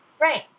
Right